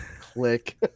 Click